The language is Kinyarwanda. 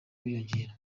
biyongera